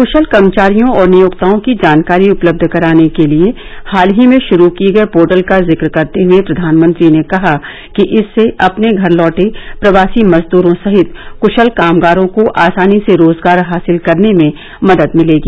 क्शल कर्मचारियों और नियोक्ताओं की जानकारी उपलब्ध कराने के लिए हाल ही में श्रू किए गए पोर्टल का जिक्र करते हए प्रधानमंत्री ने कहा कि इससे अपने घर लौटे प्रवासी मजदूरों सहित कृशल कामगारों को आसानी से रोजगार हासिल करने में मदद मिलेगी